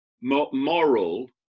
moral